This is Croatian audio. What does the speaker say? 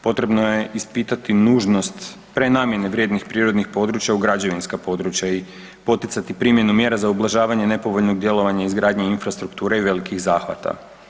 Potrebno je ispitati nužnost prenamjene vrijednih prirodnih područja u građevinska područja i poticati primjenu mjera za ublažavanje nepovoljnog djelovanje izgradnje infrastrukture i velikih zahvata.